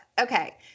Okay